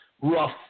rough